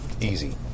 Easy